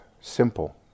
simple